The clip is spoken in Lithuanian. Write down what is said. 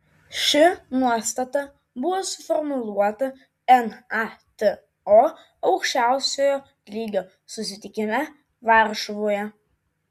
ši nuostata buvo suformuluota nato aukščiausiojo lygio susitikime varšuvoje